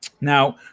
Now